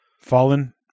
Fallen